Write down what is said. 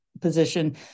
Position